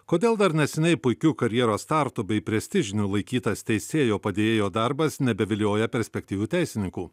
kodėl dar neseniai puikiu karjeros startu bei prestižiniu laikytas teisėjo padėjėjo darbas nebevilioja perspektyvių teisininkų